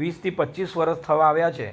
વીસથી પચ્ચીસ વરસ થવા આવ્યા છે